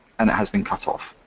and it has been cut off.